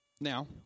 Now